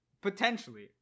potentially